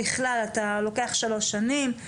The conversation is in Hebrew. בכלל אתה לוקח שלוש שנים,